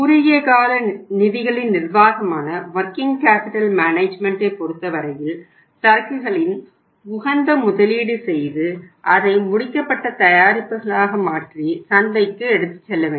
குறுகிய கால நிதிகளின் நிர்வாகமான ஒர்கிங் கேப்பிடல் மேனஜ்மெண்ட்டைப் பொறுத்தவரையில் சரக்குகளில் உகந்த முதலீடு செய்து அதை முடிக்கப்பட்ட தயாரிப்புகளாக மாற்றி சந்தைக்கு எடுத்துச் செல்ல வேண்டும்